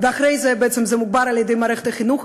ואחר כך זה בעצם מוגבר על-ידי מערכת החינוך,